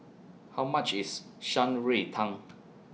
How much IS Shan Rui Tang